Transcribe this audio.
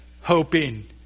hoping